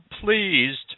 pleased